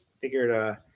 figured